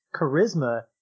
charisma